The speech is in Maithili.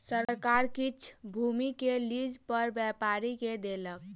सरकार किछ भूमि के लीज पर व्यापारी के देलक